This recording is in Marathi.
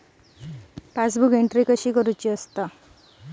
पासबुक एंट्री कशी करुची असता?